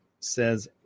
Says